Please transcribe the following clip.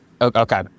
Okay